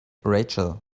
rachel